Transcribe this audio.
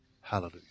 Hallelujah